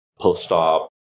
post-op